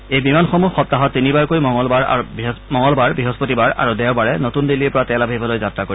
এই বিমানসমূহ সপ্তাহত তিনিবাৰকৈ মঙলবাৰ বৃহস্পতিবাৰ আৰু দেওবাৰে নতুন দিল্লীৰ পৰা তেল আভিভলৈ যাত্ৰা কৰিব